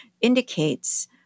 indicates